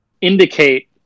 indicate